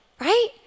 right